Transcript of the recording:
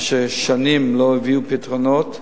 מה גם ששנים לא מביאים פתרונות,